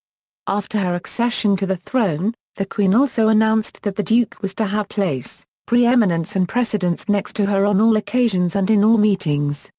after her accession to the throne, the queen also announced that the duke was to have place, pre-eminence and precedence next to her on all occasions and in all meetings,